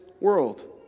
world